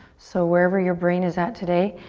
so wherever your brain is at today,